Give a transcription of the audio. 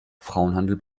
frauenhandel